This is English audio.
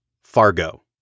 Fargo